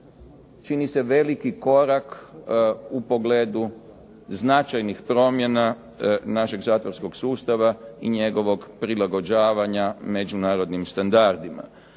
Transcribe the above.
čini se veliki korak u pogledu značajnih promjena naših zatvorskog sustava i njegovog prilagođavanja međunarodnim standardima.